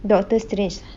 doctor strange